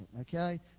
okay